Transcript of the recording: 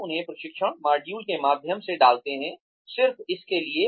हम उन्हें प्रशिक्षण मॉड्यूल के माध्यम से डालते हैं सिर्फ इसके लिए